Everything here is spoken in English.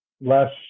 less